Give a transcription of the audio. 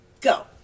Go